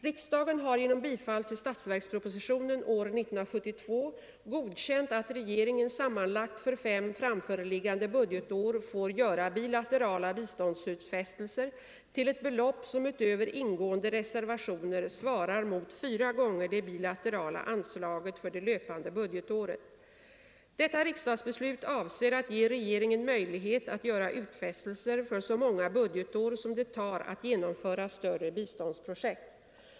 Riksdagen har genom bifall till statsverkspropositionen år 1972 godkänt att regeringen sammanlagt för fem framförliggande budgetår får göra bilaterala biståndsutfästelser till ett belopp som utöver ingående reservationer svarar mot fyra gånger det bilaterala anslaget för det löpande budgetåret. Detta riksdagsbeslut avser att ge regeringen möjlighet att göra utfästelser för så många budgetår som det tar att genomföra större biståndsprojekt.